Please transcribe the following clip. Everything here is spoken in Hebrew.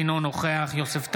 אינו נוכח יוסף טייב,